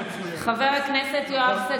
רון, הצעה שלי, תפרוש בשיא.